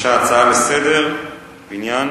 בבקשה, הצעה לסדר-היום בעניין